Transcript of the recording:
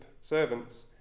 servants